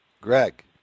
Greg